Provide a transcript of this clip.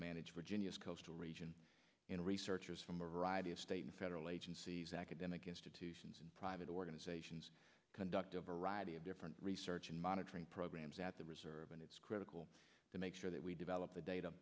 manage virginia's coastal region and researchers from a variety of state and federal agencies academic institutions and private organizations conduct a variety of different research and monitoring programs at the reserve and it's critical to make sure that we develop the data